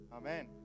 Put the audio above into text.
Amen